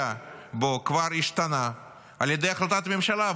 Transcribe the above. בו כבר השתנה על ידי החלטת הממשלה,